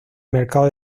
mercado